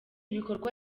bikorwa